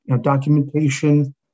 documentation